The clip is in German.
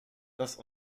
dass